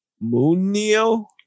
Munio